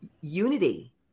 unity